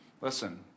Listen